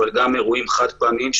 אבל גם אירועים חד-פעמיים,